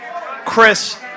Chris